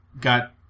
got